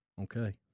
Okay